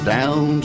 Down